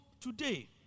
today